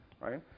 right